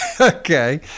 okay